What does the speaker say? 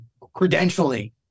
credentialing